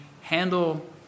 handle